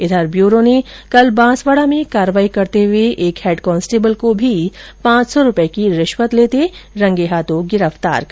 इधर ब्यूरो ने कल बांसवाड़ा में कार्रवाई करते हुए एक हैड कांस्टेबल को भी पांच सौ रूपये की रिश्वत लेते रंगे हाथों गिरफ्तार किया